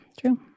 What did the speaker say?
true